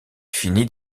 finit